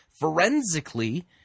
forensically